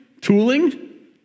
Tooling